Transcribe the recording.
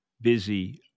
busy